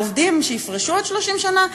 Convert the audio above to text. העובדים שיפרשו עוד 30 שנה?